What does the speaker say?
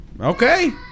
Okay